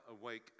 awake